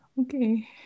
okay